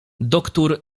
doktór